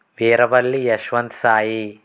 Veeravalli Yashwant Sai